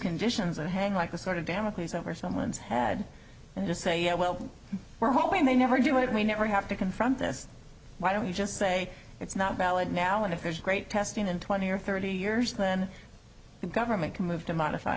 conditions and hang like a sort of damocles over someone's head and just say yeah well we're hoping they never do it we never have to confront this why don't you just say it's not valid now and if there's great testing in twenty or thirty years then the government can move to modify